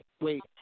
wait